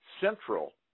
central